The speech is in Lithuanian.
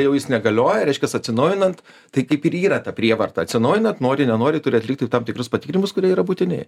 jau jis negalioja reiškias atsinaujinant tai kaip ir yra ta prievarta atsinaujinant nori nenori turi atlikti tam tikrus patikrinimus kurie yra būtini